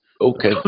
Okay